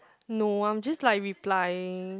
no I'm just like replying